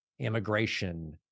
immigration